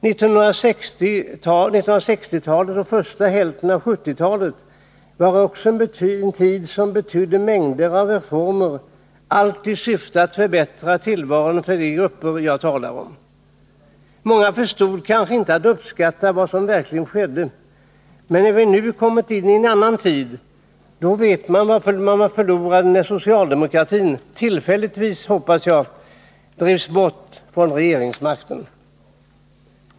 1960-talet och första hälften av 1970-talet var också en tid som betydde mängder av reformer, alla i syfte att förbättra tillvaron för de grupper jag talar om. Många förstod kanske inte att uppskatta vad som verkligen skedde. Men nu, när vi kommit in i en annan tid, vet man vad man förlorade när socialdemokratin — tillfälligtvis, hoppas jag — drevs bort från regeringsmakten.